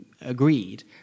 agreed